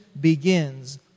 begins